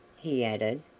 he added,